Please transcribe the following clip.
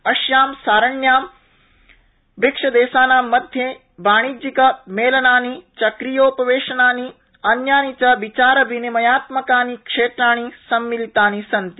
अस्यां सारण्यां ब्रिक्सदेशानां मध्ये वाणिज्यिक मेलनानि चक्रीयोपवेशनानि अन्यानि च विचारविनिमयात्मकानि क्षेत्राणि सम्मिलितानि सन्ति